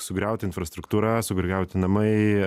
sugriauta infrastruktūra sugriauti namai